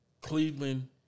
Cleveland